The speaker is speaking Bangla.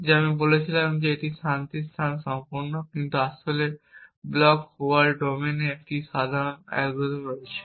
যে আমি বলেছিলাম যে এটি শান্তির স্থান সম্পূর্ণ কিন্তু আসলে ব্লক ওয়ার্ল্ড ডোমেনে একটি খুব সাধারণ অ্যালগরিদম রয়েছে